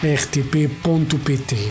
rtp.pt